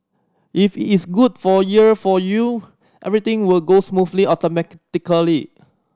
if is good for year for you everything will go smoothly